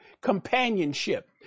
companionship